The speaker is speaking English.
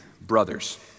brothers